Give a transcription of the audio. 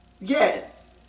Yes